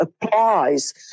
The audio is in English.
applies